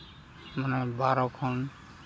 ᱢᱟᱱᱮ ᱵᱟᱨᱚ ᱠᱷᱚᱱ